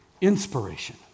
inspiration